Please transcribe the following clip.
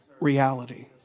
reality